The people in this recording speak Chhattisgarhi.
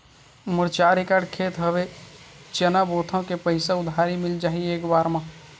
मोर चार एकड़ खेत हवे चना बोथव के पईसा उधारी मिल जाही एक बार मा?